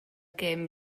gêm